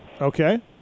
Okay